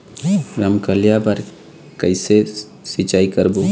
रमकलिया बर कइसे सिचाई करबो?